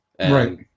right